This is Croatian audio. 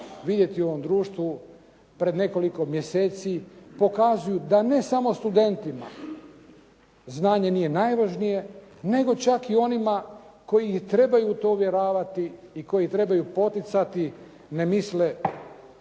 vidjeli u ovom društvu pred nekoliko mjeseci pokazuju da ne samo studentima znanje nije najvažnije nego čak i onima koji trebaju u to uvjeravati i koji trebaju poticati ne misle